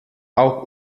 auch